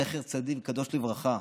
זכר צדיק קדוש לברכה,